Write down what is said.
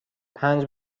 پنج